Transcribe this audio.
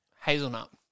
hazelnut